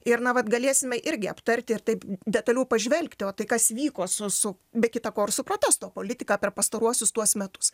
ir na vat galėsime irgi aptarti ir taip detaliau pažvelgti o tai kas vyko su su be kita ko ir su protesto politika per pastaruosius tuos metus